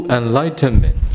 enlightenment